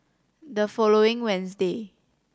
the following Wednesday